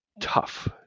tough